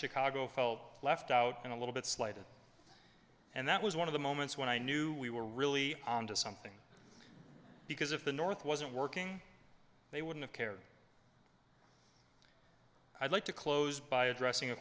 chicago felt left out and a little bit slighted and that was one of the moments when i knew we were really on to something because if the north wasn't working they wouldn't care i'd like to close by addressing a